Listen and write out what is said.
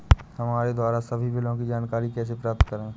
हमारे द्वारा सभी बिलों की जानकारी कैसे प्राप्त करें?